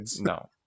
No